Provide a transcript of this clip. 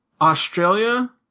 Australia